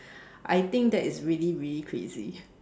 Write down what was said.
I think that is really really crazy